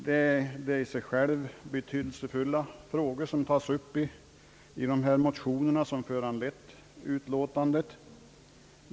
Det är i och för sig betydelsefulla frågor, som tas upp i de motioner som har föranlett utlåtandet.